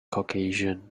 caucasian